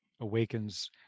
awakens